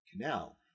Canal